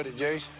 ah jase.